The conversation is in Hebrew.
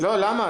לא, למה?